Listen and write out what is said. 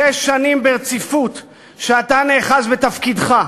שש שנים ברציפות אתה נאחז בתפקידך.